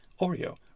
Oreo